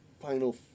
final